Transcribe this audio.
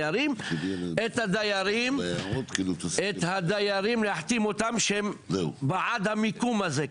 הדיירים, שהם בעד המיקום הזה.